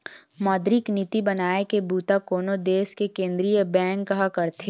मौद्रिक नीति बनाए के बूता कोनो देस के केंद्रीय बेंक ह करथे